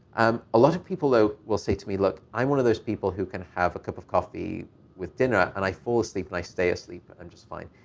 um a lot of people, though, will say to me, look, i'm one of those people who can have a cup of coffee with dinner and i fall asleep and i stay asleep, and i'm just fine.